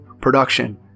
production